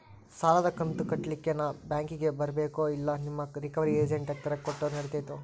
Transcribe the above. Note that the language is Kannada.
ಸಾಲದು ಕಂತ ಕಟ್ಟಲಿಕ್ಕೆ ನಾನ ಬ್ಯಾಂಕಿಗೆ ಬರಬೇಕೋ, ಇಲ್ಲ ನಿಮ್ಮ ರಿಕವರಿ ಏಜೆಂಟ್ ಹತ್ತಿರ ಕೊಟ್ಟರು ನಡಿತೆತೋ?